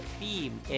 theme